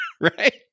right